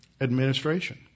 Administration